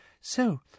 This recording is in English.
So